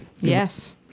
yes